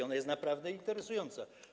Ona jest naprawdę interesująca.